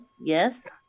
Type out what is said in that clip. yes